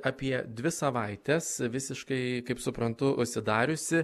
apie dvi savaites visiškai kaip suprantu užsidariusi